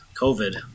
COVID